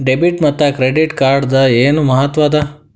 Debit ಮತ್ತ credit ಕಾರ್ಡದ್ ಏನ್ ಮಹತ್ವ ಅದ?